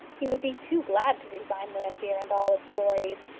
he would be too glad to resign llanfeare and all its glories.